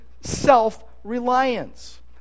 self-reliance